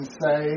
say